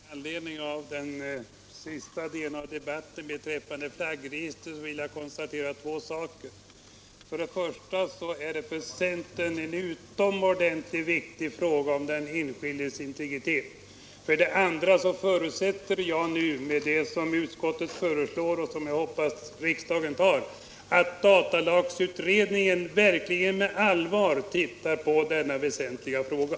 Herr talman! Med anledning av den senare delen av debatten beträffande flaggregistret vill jag konstatera två saker. För det första är det för centern en utomordentligt viktig fråga om den enskildes integritet, och för det andra förutsätter jag nu — med utgångspunkt i utskottets förslag, som jag hoppas riksdagen bifaller — att datalagsutredningen verkligen med allvar ser på denna väsentliga fråga.